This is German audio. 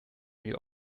wir